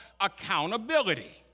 accountability